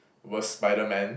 was Spiderman